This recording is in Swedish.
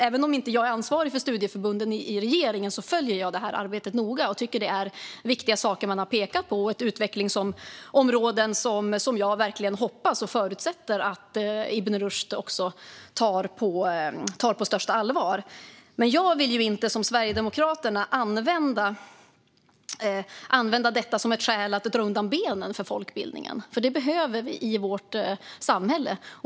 Även om jag inte är ansvarig för studieförbunden i regeringen följer jag det här arbetet noga. Jag tycker att det är viktiga saker man har pekat på. Det finns utvecklingsområden som jag verkligen hoppas och förutsätter att Ibn Rushd tar på största allvar. Men jag vill inte som Sverigedemokraterna använda detta som ett skäl att dra undan benen för folkbildningen, för vi behöver den i vårt samhälle.